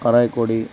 Karaikudi